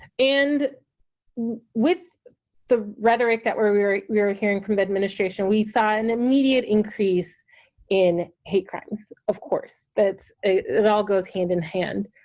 and with the rhetoric that we were we were hearing from administration we saw an immediate increase in hate crimes, of course, that it all goes hand in hand.